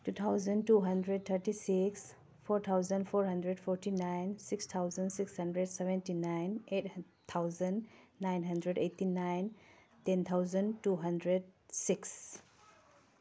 two thousand two hundred thirty six four thousand four hundred forty nine six thousand sixty hundred seventy nine eight thousand nine hundred eighty nine ten thousand two hundred six